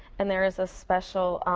and there is a special